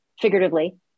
figuratively